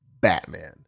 Batman